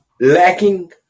lacking